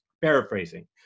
paraphrasing